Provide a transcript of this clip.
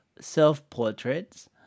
self-portraits